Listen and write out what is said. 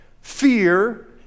fear